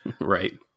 Right